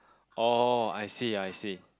oh I see I see